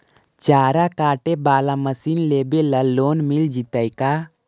चारा काटे बाला मशीन लेबे ल लोन मिल जितै का?